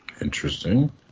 Interesting